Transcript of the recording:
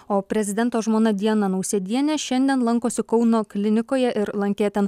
o prezidento žmona diana nausėdienė šiandien lankosi kauno klinikoje ir lankė ten